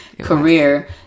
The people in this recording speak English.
career